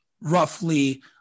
roughly